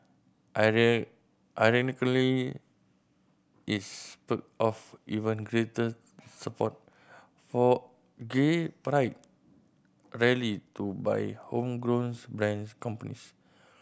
iron ironically is off even greater support for gay pride rally to by homegrown brands companies